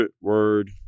word